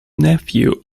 nephew